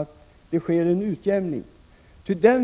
att det sker en utjämning av kostnaderna.